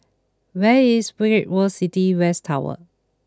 where is Great World City West Tower